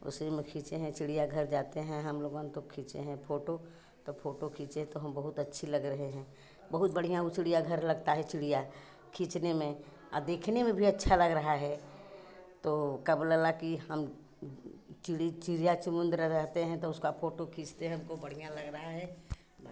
उसी में खींचे हैं चिड़ियाघर जाते हैं हम लोगन तो खींचे हैं फोटू तो फोटू खींचे तो हम बहुत अच्छी लग रहे हैं बहुत बढ़िया वह चिड़ियाघर लगता है चिड़िया खींचने में दिखने में भी अच्छा लग रहा है तो कब लला की हम चिड़ी चिड़िया रहते हैं तो फोटू खींचते हैं तो बढ़िया लग रहा है